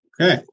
okay